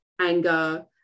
anger